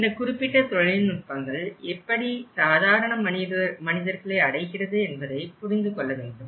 இந்த குறிப்பிட்ட தொழில்நுட்பங்கள் எப்படி சாதாரண மனிதர்களை அடைகிறது என்பதை புரிந்து கொள்ள வேண்டும்